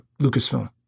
Lucasfilm